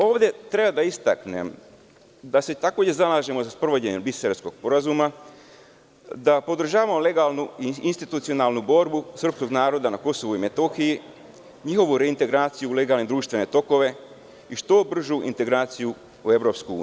Ovde treba da istaknem da se takođe zalažemo za sprovođenje Briselskog sporazuma, da podržavamo legalnu i institucionalnu borbu srpskog naroda na KiM, njihovu reintegraciju u legalne društvene tokove i što bržu integraciju u EU.